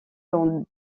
dans